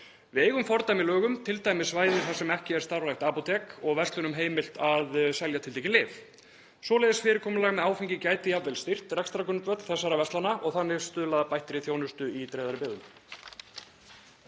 Við eigum fordæmi í lögum, t.d. um svæði þar sem ekki er starfrækt apótek og verslunum er heimilt að selja tiltekin lyf. Svoleiðis fyrirkomulag með áfengi gæti jafnvel styrkt rekstrargrundvöll þessara verslana og þannig stuðlað að bættri þjónustu í dreifðari byggðum.